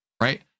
right